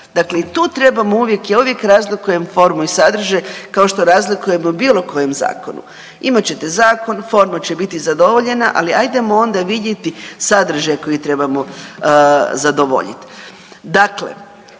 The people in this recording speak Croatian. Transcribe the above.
Dakle, i tu trebamo uvijek, ja uvijek razlikujem formu i sadržaj kao što razlikujem u bilo kojem zakonu. Imat ćete zakon, forma će biti zadovoljena, ali ajdemo onda vidjeti sadržaj koji trebamo zadovoljit.